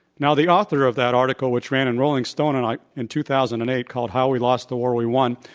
now, the author of that article, which ran in rolling stone, and in two thousand and eight, called how we lost the war we won,